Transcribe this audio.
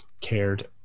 cared